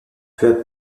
peu